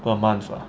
per month lah